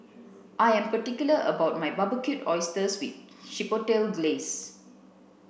I am particular about my Barbecued Oysters with Chipotle Glaze